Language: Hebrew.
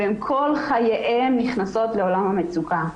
והן כל חייהן נכנסות לעולם המצוקה.